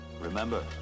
Remember